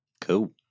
Cool